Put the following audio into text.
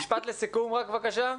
משפט לסיכום, בבקשה.